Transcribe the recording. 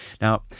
Now